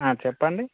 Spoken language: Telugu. చెప్పండి